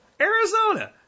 Arizona